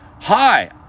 Hi